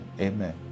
Amen